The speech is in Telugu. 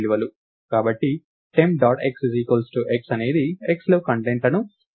కాబట్టి టెంప్ డాట్ x x అనేది x లో కంటెంట్లను టెంప్ డాట్ x లోకి కాపీ చేస్తుంది